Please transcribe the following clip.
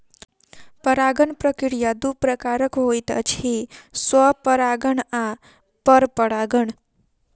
परागण प्रक्रिया दू प्रकारक होइत अछि, स्वपरागण आ परपरागण